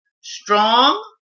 strong